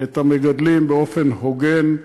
את המגדלים באופן הוגן,